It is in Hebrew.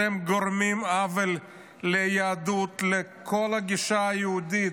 אתם גורמים עוול ליהדות, לכל הגישה היהודית,